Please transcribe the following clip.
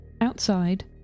Outside